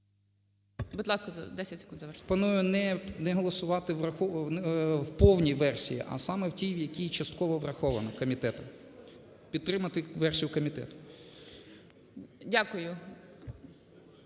Будь ласка, 10 секунд завершити. РІЗАНЕНКО П.О. …пропоную не голосувати в повній версії, а саме в тій, в якій частково враховано комітетом. Підтримати версію комітету.